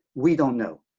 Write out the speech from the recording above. we don't know.